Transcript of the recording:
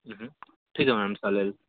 ठीक आहे मॅडम चालेल